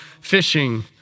fishing